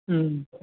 હમ્મ